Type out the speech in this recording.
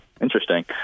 Interesting